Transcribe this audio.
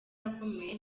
akomeye